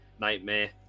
nightmare